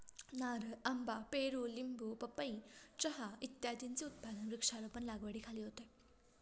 नारळ, आंबा, पेरू, लिंबू, पपई, चहा इत्यादींचे उत्पादन वृक्षारोपण लागवडीखाली होते